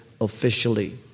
officially